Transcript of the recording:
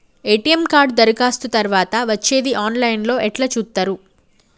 ATM card దరఖాస్తు తరువాత వచ్చేది ఆన్ లైన్ లో ఎట్ల చూత్తరు?